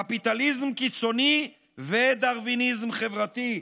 קפיטליזם קיצוני ודרוויניזם חברתי.